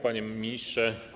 Panie Ministrze!